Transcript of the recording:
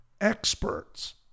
experts